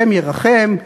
השם ירחם.